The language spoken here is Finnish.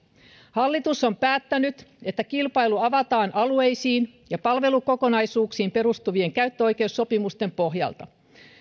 hallitus on päättänyt että kilpailu avataan alueisiin ja palvelukokonaisuuksiin perustuvien käyttöoikeussopimusten pohjalta